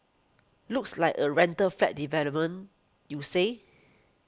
looks like a rental flat development you say